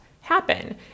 happen